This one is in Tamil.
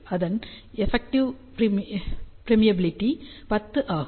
அதன் எஃப்ஃபெக்டிவ் பெர்மீயபிலிட்டி 10 ஆகும்